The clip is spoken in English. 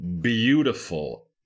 beautiful